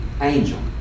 angel